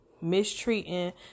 mistreating